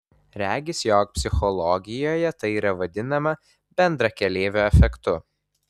regis jog psichologijoje tai yra vadinama bendrakeleivio efektu